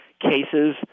cases